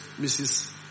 Mrs